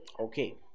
Okay